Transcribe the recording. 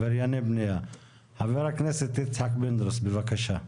ח"כ יצחק פינדרוס בבקשה.